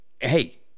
Hey